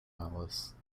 alice